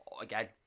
Again